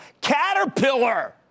Caterpillar